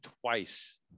twice